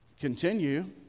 continue